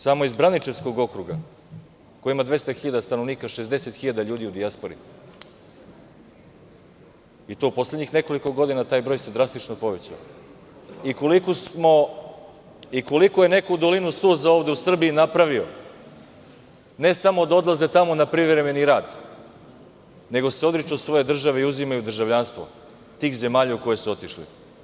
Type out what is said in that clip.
Samo iz Braničevskog okruga, koji ima 200 hiljada stanovnika, 60 hiljada ljudi je u dijaspori, i to u poslednjih nekoliko godina taj broj se drastično povećao i koliku je neko dolinu suza ovde u Srbiji napravio, ne samo da odlaze tamo na privremeni rad, nego se odriču svoje države i uzimaju državljanstvo tih zemalja u koje su otišli.